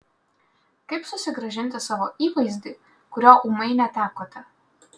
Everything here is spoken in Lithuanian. kaip susigrąžinti savo įvaizdį kurio ūmai netekote